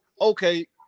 okay